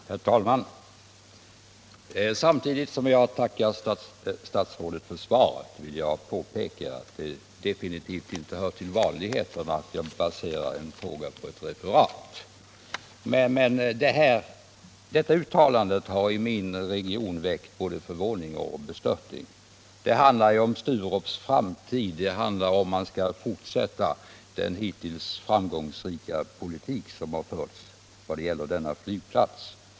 Herr talman! Samtidigt som jag tackar statsrådet för svaret vill jag påpeka att det definitivt inte hör till vanligheterna att jag baserar en fråga på ett referat. Statsrådets uttalande har i min region väckt både förvåning och bestörtning. Det gäller Sturups framtid, om man skall fortsätta den hittills framgångsrika politiken när det gäller denna flygplats.